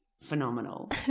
phenomenal